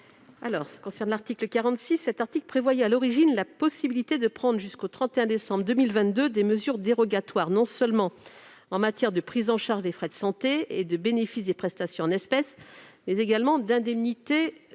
parole est à Mme la rapporteure. Cet article prévoyait à l'origine la possibilité de prendre jusqu'au 31 décembre 2022 des mesures dérogatoires, non seulement en matière de prise en charge des frais de santé et de bénéfice des prestations en espèces, mais également d'indemnités